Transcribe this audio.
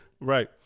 Right